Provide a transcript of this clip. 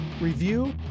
review